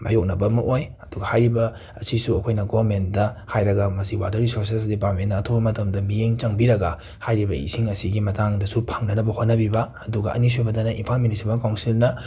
ꯃꯥꯏꯌꯣꯛꯅꯕ ꯑꯃ ꯑꯣꯏ ꯑꯗꯨ ꯍꯥꯏꯔꯤꯕ ꯑꯁꯤꯁꯨ ꯑꯩꯈꯣꯏꯅ ꯒꯣꯃꯦꯟꯗ ꯍꯥꯏꯔꯒ ꯃꯁꯤ ꯋꯥꯇꯔ ꯔꯤꯁꯣꯔꯁꯦꯁ ꯗꯤꯄꯥꯃꯦꯟꯅ ꯑꯊꯨꯕ ꯃꯇꯝꯗ ꯃꯤꯠꯌꯦꯡ ꯆꯪꯕꯤꯔꯒ ꯍꯥꯏꯔꯤꯕ ꯏꯁꯤꯡ ꯑꯁꯤꯒꯤ ꯃꯇꯥꯡꯗꯁꯨ ꯐꯪꯅꯅꯕ ꯍꯣꯠꯅꯕꯤꯕ ꯑꯗꯨꯒ ꯑꯅꯤ ꯁꯨꯕꯗꯅ ꯏꯝꯐꯥꯟ ꯃ꯭ꯌꯨꯅꯤꯁꯤꯄꯥꯜ ꯀꯥꯎꯟꯁꯤꯜꯅ